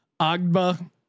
Agba